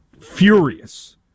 furious